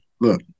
Look